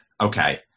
Okay